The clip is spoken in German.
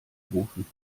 rufen